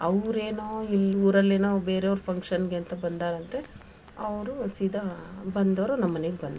ಅವ್ರು ಏನೋ ಇಲ್ಲಿ ಊರಲ್ಲೇನೋ ಬೇರೆಯವ್ರ ಫಂಕ್ಷನ್ಗೆ ಅಂತ ಬಂದರಂತೆ ಅವ್ರು ಸೀದಾ ಬಂದೋರು ನಮ್ಮ ಮನೆಗೆ ಬಂದ್ಬಿಟ್ರು